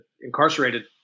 incarcerated